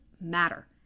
matter